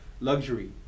luxury